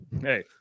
hey